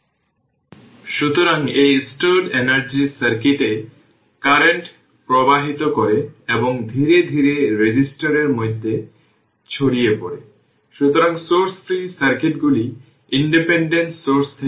যখন t τ তখন v হবে v0 e এর পাওয়ার ττ যেটি v0 e এর পাওয়ার 1 যা 0368 v0 হবে সেটি এখানে লেখা আছে